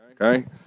okay